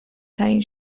تعیین